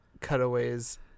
cutaways